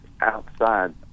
outside